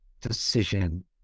decision